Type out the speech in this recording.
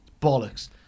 Bollocks